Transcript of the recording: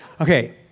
Okay